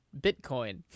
Bitcoin